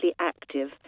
active